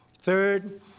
Third